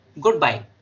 Goodbye